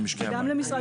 גם למשרד